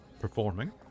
performing